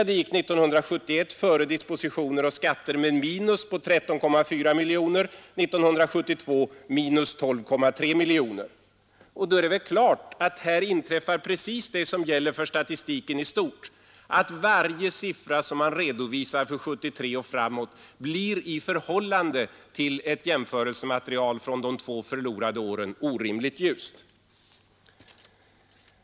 Det gick 1971 före bokslutsdispositioner och skatter med minus 13,4 miljoner kronor, 1972 med minus 12,3 miljoner. Då är det väl klart att här inträffar precis det som gäller för statistiken i stort, att varje förbättring som man redovisar för 1973 och framåt blir i förhållande till jämförelsematerialet från de två förlorade åren orimligt ljus.